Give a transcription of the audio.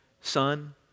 son